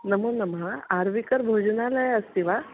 नमोनमः आर्विकर् भोजनालयः अस्ति वा